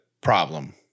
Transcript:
problem